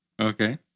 okay